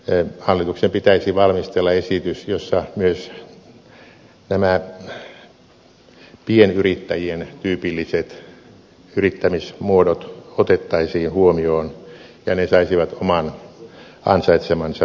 mielestäni hallituksen pitäisi valmistella esitys jossa myös nämä pienyrittäjien tyypilliset yrittämismuodot otettaisiin huomioon ja ne saisivat oman ansaitsemansa veronkevennyksen